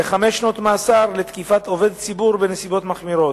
וחמש שנות מאסר לתקיפת עובד ציבור בנסיבות מחמירות,